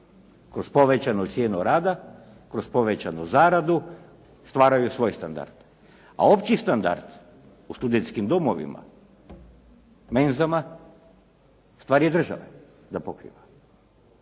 kroz povećanu cijenu rada, kroz povećanu zaradu stvaraju svoj standard, a opći standard u studentskim domovima, menzama stvar je države da pokriva.